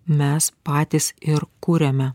mes patys ir kuriame